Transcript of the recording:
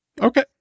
Okay